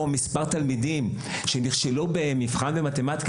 או לעזור למספר תלמידים שנכשלו במבחן במתמטיקה